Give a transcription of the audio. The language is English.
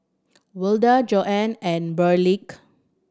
Wilda Joan and Burleigh